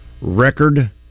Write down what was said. record